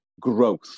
growth